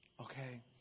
okay